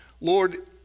Lord